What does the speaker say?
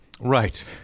Right